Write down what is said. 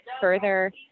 further